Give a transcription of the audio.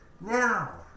now